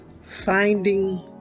Finding